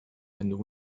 and